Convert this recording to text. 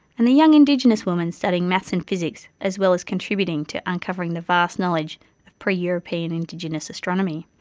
and the young indigenous woman studying maths and physics as well as contributing to uncovering the vast knowledge of pre-european indigenous astronomy.